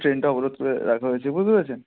ট্রেনটা অবরোধ করে রাখা হয়েছে বুঝতে পেরেছেন